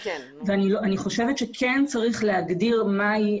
אני חושבת שכן צריך להגדיר מה היא.